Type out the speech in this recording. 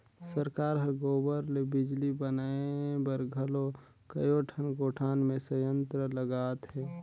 सरकार हर गोबर ले बिजली बनाए बर घलो कयोठन गोठान मे संयंत्र लगात हे